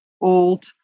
old